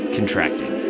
Contracted